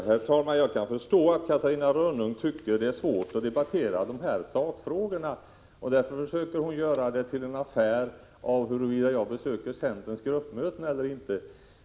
Herr talman! Jag kan förstå att Catarina Rönnung tycker att det är svårt att debattera dessa sakfrågor. Därför försöker hon göra en affär av huruvida jag besöker centerns gruppmöten eller inte.